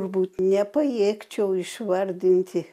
turbūt nepajėgčiau išvardinti